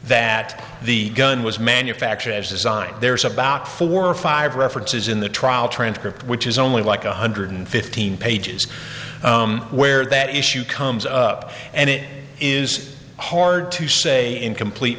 that the gun was manufactured as designed there's about four or five references in the trial transcript which is only like one hundred fifteen pages where that issue comes up and it is hard to say in complete